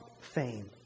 fame